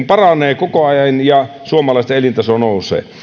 paranee koko ajan ja suomalaisten elintaso nousee